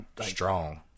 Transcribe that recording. Strong